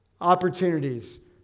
opportunities